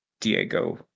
Diego